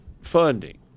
funding